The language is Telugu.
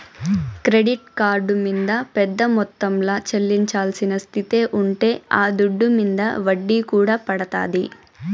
క్రెడిట్ కార్డు మింద పెద్ద మొత్తంల చెల్లించాల్సిన స్తితే ఉంటే ఆ దుడ్డు మింద ఒడ్డీ కూడా పడతాది